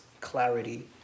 clarity